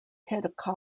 kobayashi